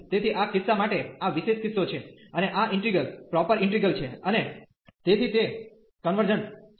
તેથી આ કિસ્સા માટે આ વિશેષ કિસ્સો છે અને આ ઈન્ટિગ્રલ પ્રોપર ઈન્ટિગ્રલ છે અને તેથી તે કન્વર્જન્ટ છે